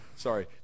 Sorry